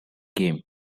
game